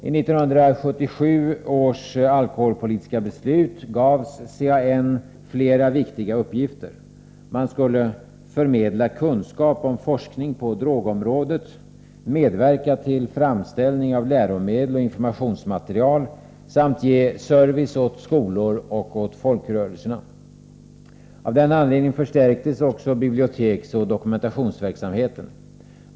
I 1977 års alkoholpolitiska beslut gavs CAN flera viktiga uppgifter. CAN skulle förmedla kunskap om forskning på drogområdet, medverka till framställning av läromedel och informationsmaterial samt ge service åt skolor och åt folkrörelserna. Av den anledningen förstärktes biblioteksoch dokumentationsverksamheten.